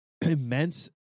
immense